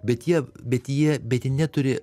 bet jie bet jie bet jie neturi